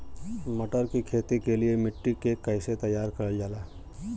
मटर की खेती के लिए मिट्टी के कैसे तैयार करल जाला?